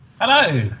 Hello